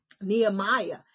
nehemiah